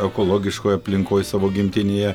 ekologiškoj aplinkoj savo gimtinėje